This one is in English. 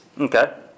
Okay